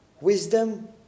wisdom